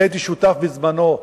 אני הייתי שותף בזמנו,